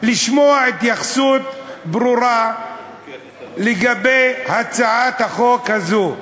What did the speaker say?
התייחסות ברורה לגבי הצעת החוק הזאת,